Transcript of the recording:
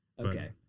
Okay